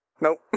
Nope